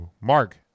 Mark